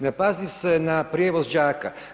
Ne pazi se na prijevoz đaka.